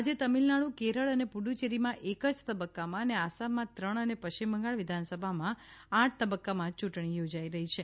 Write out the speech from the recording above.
આજે તમિળનાડુ કેરળ અને પુડ્ડચ્ચેરીમાં એક જ તબક્કામાં અને આસામમાં ત્રણ અને પશ્ચિમ બંગાળ વિધાનસભામાં આઠ તબક્કામાં ચૂંટણી યોજાઇ રહી છે